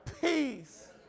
peace